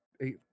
eight